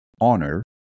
honor